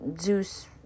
Zeus